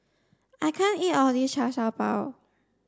I can't eat all of this Char Siew Bao